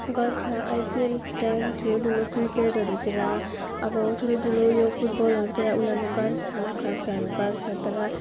गर्छ आइपिएल ठुलो ठुलो क्रिकेटहरूतिर अब ठुलो ठुलो यो फुटबलहरूतिर उनीहरूले गर्छ खर्चहरू गर्छ तर